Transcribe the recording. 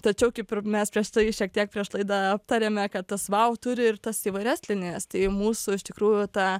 tačiau kaip ir mes prieš tai šiek tiek prieš laidą aptarėme kad tas vau turi ir tas įvairias linijas tai mūsų iš tikrųjų ta